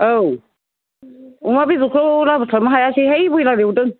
औ अमा बेदरखौ लाबोस्लाबनो हायासैहाय ब्रयलार एवदों